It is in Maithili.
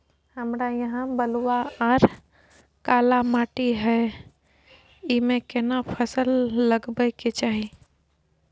हमरा यहाँ बलूआ आर काला माटी हय ईमे केना फसल लगबै के चाही?